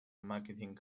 marketing